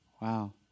Wow